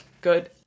Good